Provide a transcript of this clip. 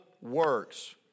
works